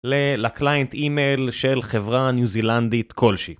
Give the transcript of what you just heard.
ל client email של חברה ניו זינלנדית כלשהי.